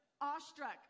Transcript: Awestruck